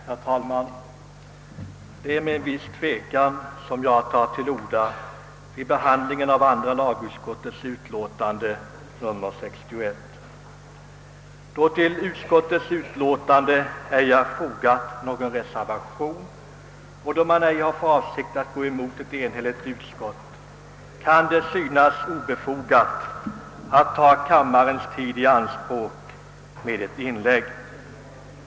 Herr talman! Det är med en viss tvekan jag tar till orda vid behandlingen av andra lagutskottets utlåtande nr 61. Eftersom icke någon reservation är fogad till utskottets utlåtande och eftersom jag ej har för avsikt att i detta ärende gå emot ett enhälligt utskott, kan det synas obefogat att ta kammarens tid i anspråk med ett inlägg.